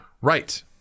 Right